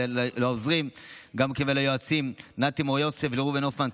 לעוזרים וגם ליועצים נתי בן יוסף וראובן הופמן.